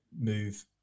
move